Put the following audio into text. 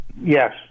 Yes